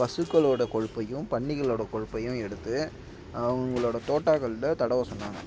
பசுக்களோட கொழுப்பையும் பன்னிகளோட கொழுப்பையும் எடுத்து அவங்களோட தோட்டாகள்கிட்ட தடவ சொன்னாங்க